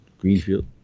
Greenfield